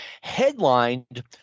headlined